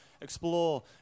explore